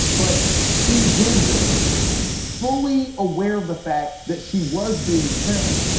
but she did this fully aware of the fact that she was being filmed.